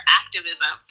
activism